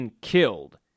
killed